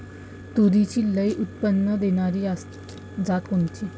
तूरीची लई उत्पन्न देणारी जात कोनची?